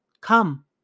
Come